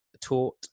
taught